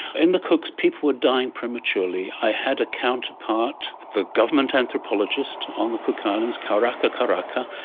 in the cooks people were dying prematurely. i had a counterpart, the government anthropologist on the cook islands, kauraka kauraka,